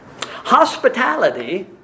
Hospitality